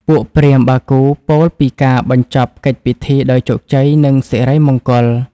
ពួកព្រាហ្មណ៍បាគូពោលពីការបញ្ចប់កិច្ចពិធីដោយជោគជ័យ និងសិរីមង្គល។